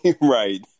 right